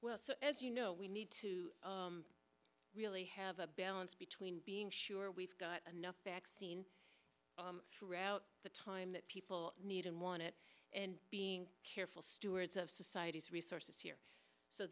well you know we need to really have a balance between being sure we've got enough vaccine throughout the time that people need and want it and being careful stewards of society's resources here so